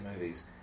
movies